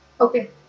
Okay